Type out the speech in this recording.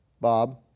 Bob